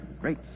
Great